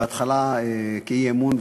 בהתחלה כאי-אמון,